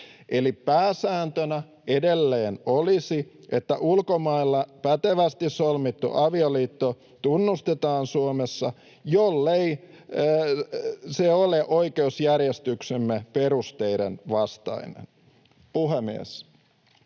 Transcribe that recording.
pääsääntönä edelleen olisi, että ulkomailla pätevästi solmittu avioliitto tunnustetaan Suomessa, jollei se ole oikeusjärjestyksemme perusteiden vastainen. Puhemies!